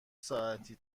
ساعتی